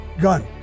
gun